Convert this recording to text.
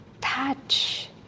touch